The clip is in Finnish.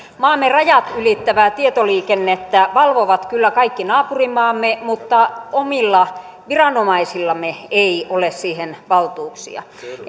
maamme rajat ylittävää tietoliikennettä valvovat kyllä kaikki naapurimaamme mutta omilla viranomaisillamme ei ole siihen valtuuksia